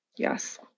Yes